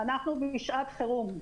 אנחנו בשעת חירום,